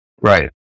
right